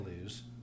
lose